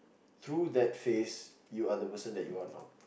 through that phase you are the person that you want or not